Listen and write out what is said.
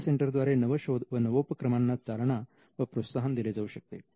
I P सेंटरद्वारे नवशोध व नवोपक्रमाना चालना व प्रोत्साहन दिले जाऊ शकते